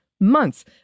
months